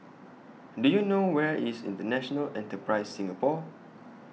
Do YOU know Where IS International Enterprise Singapore